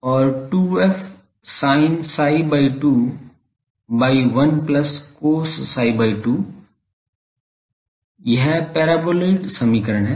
और 2f sin psi by 2 by 1 plus cos psi by 2 यह paraboloid समीकरण है